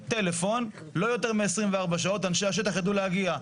טלפון, לא יותר מ-24 שעות, אנשי השטח ידעו להגיע.